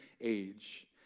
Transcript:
age